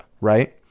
right